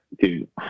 Dude